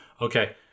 okay